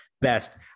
best